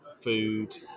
food